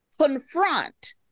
confront